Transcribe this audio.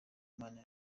imana